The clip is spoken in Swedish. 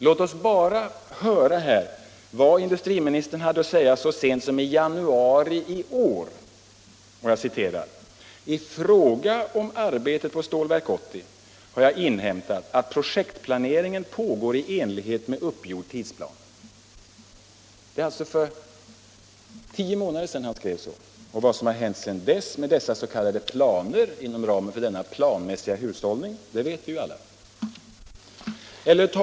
Låt oss bara höra vad industriministern hade att säga så sent som i januari i år: ”I fråga om arbetet på Stålverk 80 har vi inhämtat att projektplaneringen pågår i enlighet med uppgjord tidsplan.” Det var alltså tio månader sedan han skrev så. Vad som har hänt sedan dess med de s.k. planerna inom ramen för denna planmässiga hushållning vet vi alla.